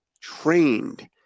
trained